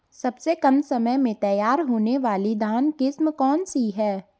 सबसे कम समय में तैयार होने वाली धान की किस्म कौन सी है?